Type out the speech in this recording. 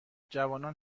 جوانان